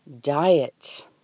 Diet